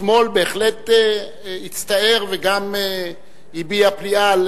אתמול בהחלט הצטער וגם הביע פליאה על